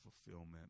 fulfillment